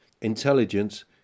Intelligence